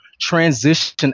transition